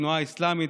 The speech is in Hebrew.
התנועה האסלאמית,